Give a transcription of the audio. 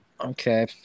Okay